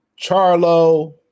Charlo